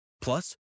Plus